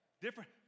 Different